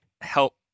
help